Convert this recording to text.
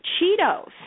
Cheetos